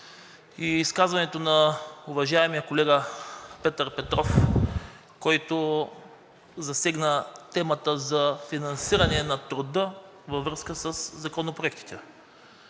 и изказването на уважаемия колега Петър Петров, който засегна темата за финансиране на труда във връзка със законопроектите,